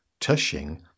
Tushing